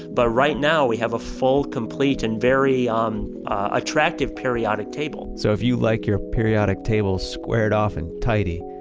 but right now we have a full, complete, and very um attractive periodic table so if you like your periodic table squared off and tidy,